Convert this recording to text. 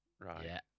Right